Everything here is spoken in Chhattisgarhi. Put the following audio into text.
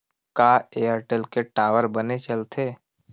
का एयरटेल के टावर बने चलथे?